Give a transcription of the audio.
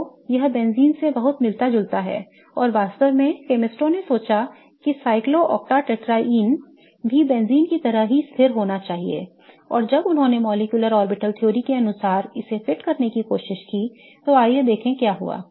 तो यह बेंजीन से बहुत मिलता जुलता है और वास्तव में केमिस्टों ने सोचा कि cyclooctatetraene भी बेंजीन की तरह ही स्थिर होना चाहिए और जब उन्होंने molecular orbital theory के अनुसार इसे फिट करने की कोशिश की तो आइए देखें कि क्या हुआ